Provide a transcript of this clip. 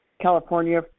California